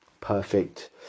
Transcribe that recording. perfect